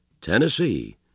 Tennessee